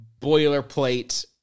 boilerplate